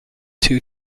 two